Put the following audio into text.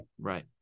Right